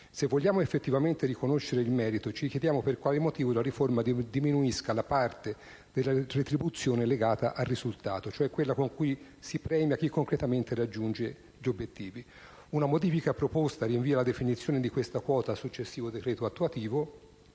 se vogliamo effettivamente riconoscere il merito, non si comprende per quale motivo la riforma diminuisca la parte della retribuzione legata al risultato, cioè quella con cui si premia chi concretamente raggiunge gli obiettivi. Una modifica proposta rinvia la definizione di tale quota al successivo decreto attuativo.